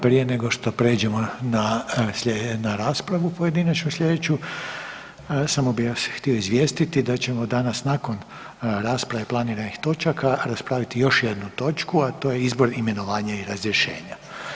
Prije nego što prijeđemo na raspravu pojedinačnu slijedeću, samo bih vas htio izvijestiti da ćemo danas nakon rasprave planiranih točaka raspraviti još jednu točku, a to je izbor imenovanja i razrješenja.